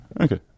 okay